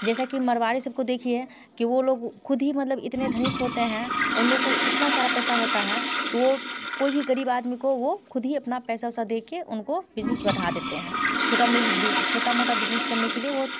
जैसा कि मरवाड़ी सबको देखिए कि वो लोग खुद ही मतलब इतने धनिक होते हैं उन लोग को इतना सारा पैसा होता है वो कोई भी गरीब आदमी को वो खुद ही अपना पैसा वैसा दे के उनको बिजनेस बढ़ा देते हैं छोटा छोटा मोटा बिजनेस करने के लिए वो